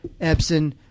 Epson